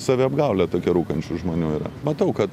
saviapgaulė tokia rūkančių žmonių yra matau kad